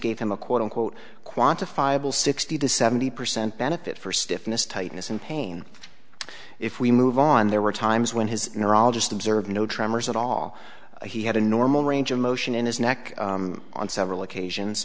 gave him a quote unquote quantifiable sixty to seventy percent benefit for stiffness tightness in pain if we move on there were times when his neurologist observed no tremors at all he had a normal range of motion in his neck on several occasions